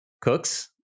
Cooks